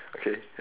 okay